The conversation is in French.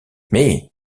mais